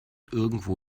irgendwo